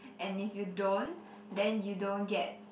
and if you don't then you don't get